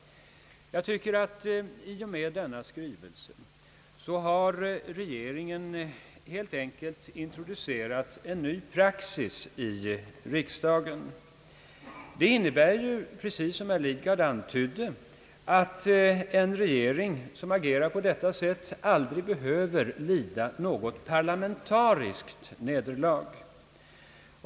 Jag tycker att regeringen i och med denna skrivelse helt enkelt har introducerat en ny praxis i riksdagen. Den innebär ju, precis som herr Lidgard antydde, att en regering som agerar på detta sätt aldrig behöver lida något parlamentariskt nederlag.